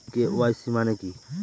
KYC মানে কি?